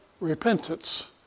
repentance